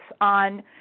on